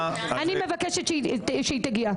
אני מבקשת שהיא תגיע.